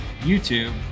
YouTube